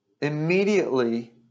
immediately